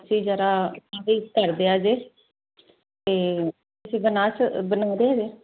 ਅਸੀਂ ਜਰਾ ਕਰਦੇ ਆ ਜੇ ਤੇ ਤੁਸੀਂ ਬਣਾ ਸਕ ਬਣਾ ਦੋਗੇ